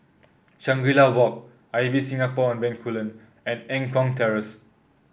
Shangri La Walk Ibis Singapore on Bencoolen and Eng Kong Terrace